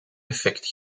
effect